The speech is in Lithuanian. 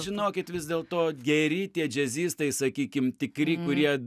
žinokit vis dėlto geri tie džiazistai sakykim tikri kurie